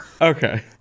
Okay